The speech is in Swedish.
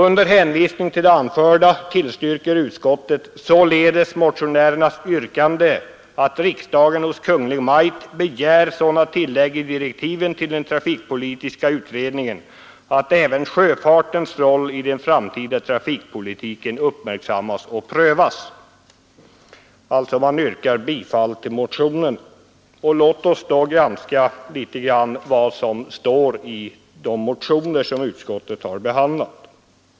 Under hänvisning till det anförda tillstyrker utskottet således motionärernas yrkande att riksdagen hos Kungl. Maj:t begär sådant tillägg i direktiven till den trafikpolitiska utredningen att även sjöfartens roll i den framtida trafikpolitiken uppmärksammas och prövas.” Utskottet tillstyrker alltså motionerna. Låt oss då granska vad som sägs i de motioner som utskottet har behandlat.